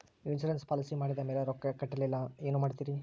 Insurance policy ಮಾಡಿದ ಮೇಲೆ ರೊಕ್ಕ ಕಟ್ಟಲಿಲ್ಲ ಏನು ಮಾಡುತ್ತೇರಿ?